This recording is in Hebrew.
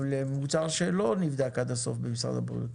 למוצר שלא נבדק עד הסוף על ידי משרד בריאות.